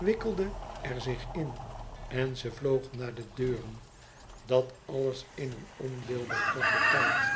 wikkelde er zich in en ze vloog naar de deuren dat alles in ondeelbaar korten tijd